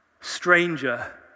stranger